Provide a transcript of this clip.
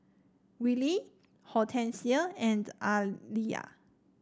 Willie Hortencia and Aaliyah